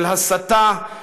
של הסתה,